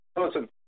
Listen